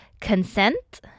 consent